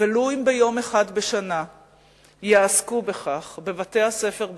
ולו אם ביום אחד בשנה יעסקו בכך בבתי-הספר בעולם,